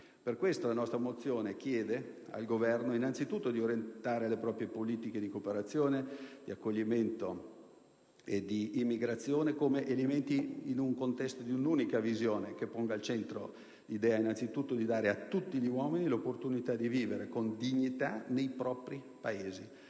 ragione la nostra mozione chiede al Governo di orientare le proprie politiche di cooperazione, accoglimento ed immigrazione come elementi di un'unica visione che ponga al centro l'idea di dare a tutti gli uomini l'opportunità di vivere con dignità nei propri Paesi,